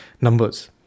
numbers